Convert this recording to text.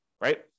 right